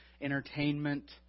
entertainment